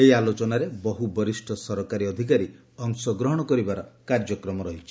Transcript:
ଏହି ଆଲୋଚନାରେ ବହୁ ବରିଷ୍ଣ ସରକାରୀ ଅଧିକାରୀ ଅଂଶଗ୍ରହଣ କରିବାର କାର୍ଯ୍ୟକ୍ରମ ରହିଛି